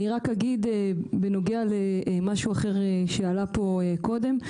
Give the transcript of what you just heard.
אני אעיר בנוגע למשהו אחר שעלה פה קודם.